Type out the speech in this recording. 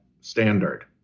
standard